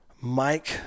Mike